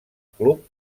club